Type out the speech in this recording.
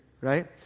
Right